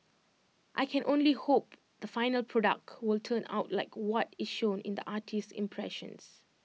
I can only hope the final product will turn out like what is shown in the artist's impressions